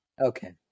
Okay